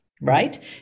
Right